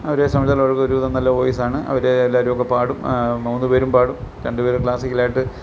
അവരെ സംബന്ധിച്ചിടത്തോളം അവർക്ക് ഒരു വിധം നല്ല വോയിസാണ് അവർ എല്ലാവരും ഒക്കെ പാടും മൂന്നുപേരും പാടും രണ്ട് പേര് ക്ലാസ്സിക്കലായിട്ട്